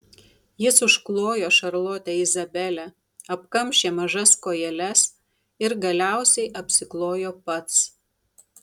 jis užklojo šarlotę izabelę apkamšė mažas kojeles ir galiausiai apsiklojo pats